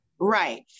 Right